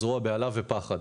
לזרוע בהלה ופחד.